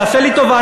תעשה לי טובה,